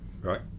Right